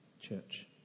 church